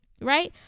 Right